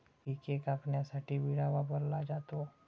पिके कापण्यासाठी विळा वापरला जातो